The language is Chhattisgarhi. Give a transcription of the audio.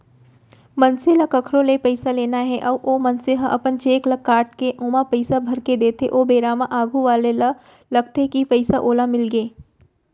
मनसे ल कखरो ले पइसा लेना हे अउ ओ मनसे ह अपन चेक ल काटके ओमा पइसा भरके देथे ओ बेरा म आघू वाले ल लगथे कि पइसा ओला मिलगे